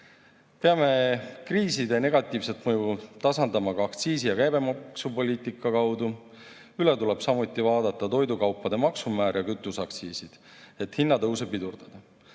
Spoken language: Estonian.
Peame kriiside negatiivset mõju tasandama ka aktsiisi- ja käibemaksupoliitika abil. Üle tuleb samuti vaadata toidukaupade maksumäär ja kütuseaktsiisid, et hinnatõusu pidurdada.